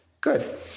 Good